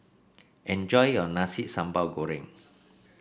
enjoy your Nasi Sambal Goreng